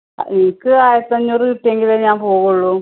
എനിക്ക് ആയിരത്തഞ്ഞൂറ് കിട്ടിയെങ്കിലേ ഞാൻ പോവുള്ളൂ